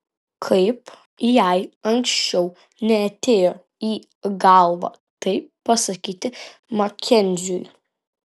kaip jai anksčiau neatėjo į galvą tai pasakyti makenziui